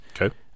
Okay